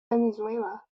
venezuela